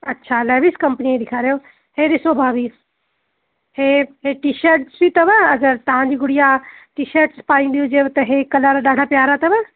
अच्छा लेविस कंपनीअ जी ॾेखारियांव इहा ॾिसो भाभी हे टीशट्स बि अथव अगरि तव्हांजी गुड़िया हे टीशट्स पाईंदी हुजेव त इहो कलर ॾाढा प्यारा अथव